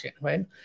right